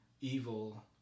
evil